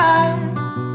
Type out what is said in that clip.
eyes